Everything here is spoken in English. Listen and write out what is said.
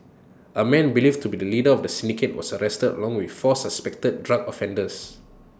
A man believed to be the leader of the syndicate was arrested along with four suspected drug offenders